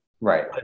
Right